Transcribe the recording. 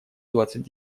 двадцать